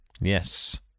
Yes